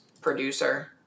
producer